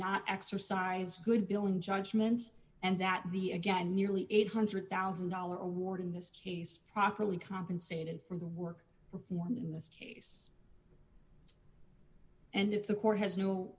not exercised good billing judgments and that the again nearly eight hundred thousand dollar award in this case properly compensated for the work performed in this case and if the court has no